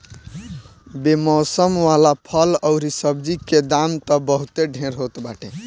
बेमौसम वाला फल अउरी सब्जी के दाम तअ बहुते ढेर होत बाटे